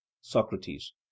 Socrates